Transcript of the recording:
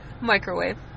Microwave